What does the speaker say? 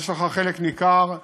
יש לך חלק ניכר בהם,